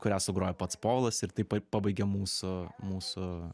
kurią sugrojo pats povilas ir taip pa pabaigia mūsų mūsų